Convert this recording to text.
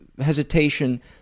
hesitation